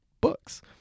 books